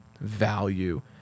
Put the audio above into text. value